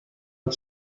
ver